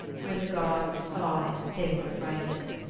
when the gods saw it they were affrighted.